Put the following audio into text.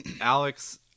Alex